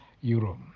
Euro